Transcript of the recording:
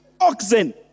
oxen